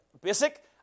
Basic